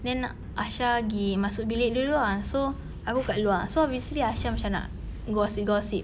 then aisha pergi masuk bilik dulu ah so aku kat luar so obviously aisha macam nak gossip gossip